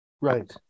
Right